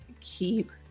keep